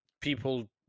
people